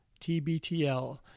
TBTL